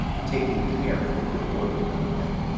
and taking care for the good ordering of them,